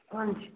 ਹਾਂਜੀ